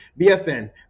BFN